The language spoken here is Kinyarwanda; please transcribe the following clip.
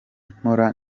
mpora